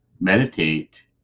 meditate